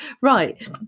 right